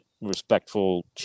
respectful